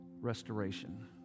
restoration